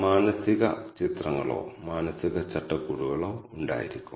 നമുക്ക് പ്ലോട്ട് നോക്കാം